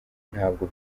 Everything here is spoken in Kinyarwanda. ntabwo